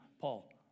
Paul